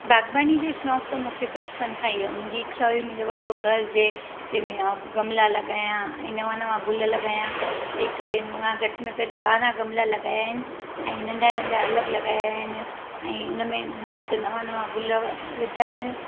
बागबानी जो शौक़ त मूंखे बचपन खां ई हो मुंहिंजी इच्छा हुई मुंहिंजो वॾो घर हुजे तंहिंमे आउं गमला लॻायां ऐं नवां नवां गुल लॻायां तंहिं करे मां घटि में घटि ॿारहं गमला लॻाया आहिनि ऐं नंढा नंढा अलॻि लॻाया आहिनि ऐं उनमें मस्तु नवां नवां गुल व विधा आहिनि